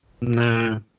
no